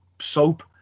soap